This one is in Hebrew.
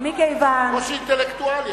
קושי אינטלקטואלי.